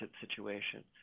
situation